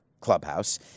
Clubhouse